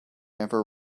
ever